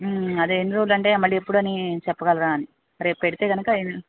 అదే ఎన్ని రోజులంటే మళ్ళీ ఎప్పుడు అని చెప్పగలరా అని రేపు పెడితే కనుక ఎన్